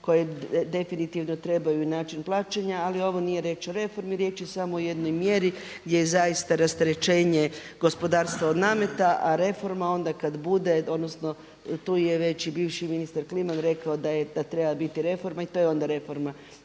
koje definitivno trebaju način plaćanja. Ali ovo nije riječ o reformi, riječ je samo o jednoj mjeri gdje zaista rasterećenje gospodarstva od nameta, a reforma onda kada bude odnosno tu je već i bivši ministar Kliman rekao da treba biti reforma i to je onda reforma.